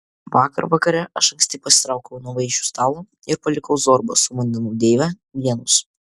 vakar vakare aš anksti pasitraukiau nuo vaišių stalo ir palikau zorbą su vandenų deive vienus